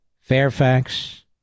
Fairfax